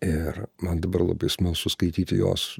ir man dabar labai smalsu skaityti jos